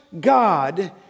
God